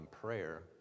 prayer